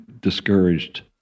discouraged